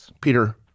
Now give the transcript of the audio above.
Peter